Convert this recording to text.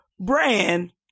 brand